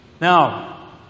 Now